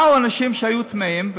באו אנשים שהיו טמאים,